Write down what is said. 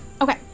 Okay